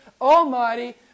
almighty